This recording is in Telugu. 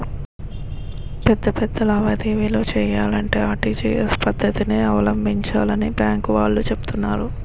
పెద్ద పెద్ద లావాదేవీలు చెయ్యాలంటే ఆర్.టి.జి.ఎస్ పద్దతినే అవలంబించాలని బాంకు వాళ్ళు చెబుతున్నారు